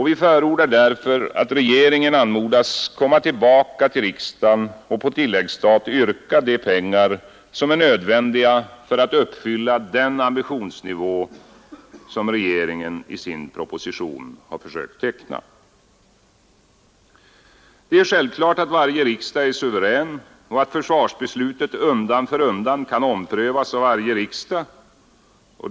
Vi förordar därför att regeringen anmodas komma tillbaka till — Försvarets förtsatta riksdagen och på tilläggsstat påyrka de pengar som är nödvändiga för att inriktning m.m. uppfylla den ambitionsnivå regeringen i sin proposition har försökt teckna. Det är självklart att varje riksdag är suverän och att försvarsbeslutet undan för undan kan omprövas av varje riksdag.